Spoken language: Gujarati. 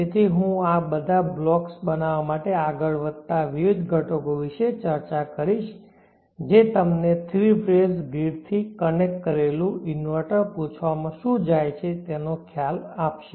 તેથી હું આ બધા બ્લોક્સ બનાવવા માટે આગળ વધતા વિવિધ ઘટકો વિશે ચર્ચા કરીશ જે તમને three phase grid three connect કરેલું ઇન્વર્ટર પૂછવામાં શું જાય છે તેનો ખ્યાલ આપશે